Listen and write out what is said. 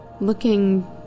looking